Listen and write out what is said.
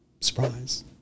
Surprise